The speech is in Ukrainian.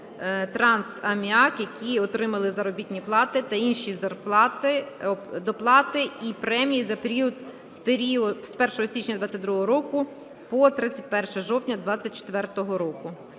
"Укрхімтрансаміак", які отримали заробітні плати та інші доплати і премії за період з 1 січня 2022 року по 31 жовтня 2024 року.